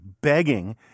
begging